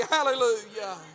Hallelujah